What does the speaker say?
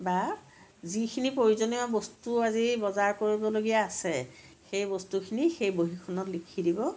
বা যিখিনি প্ৰয়োজনীয় বস্তু আজি বজাৰ কৰিবলগীয়া আছে সেই বস্তুখিনি সেই বহীখনত লিখি দিব